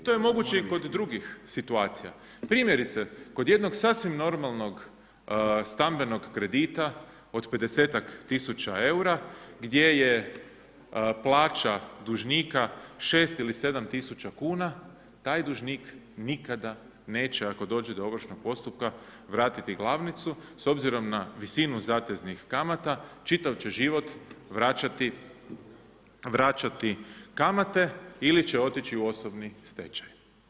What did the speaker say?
To je moguće i kod drugih situacija, primjerice, kod jednog sasvim normalnog stambenog kredita od pedesetak tisuća eura gdje je plaća dužnika 6 ili 7.000 kuna taj dužnik nikada neće ako dođe do ovršnog postupka vratiti glavnicu s obzirom na visinu zateznih kamata, čitav će život vraćati kamate ili će otići u osobni stečaj.